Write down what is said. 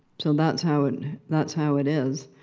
so that's how and that's how it is.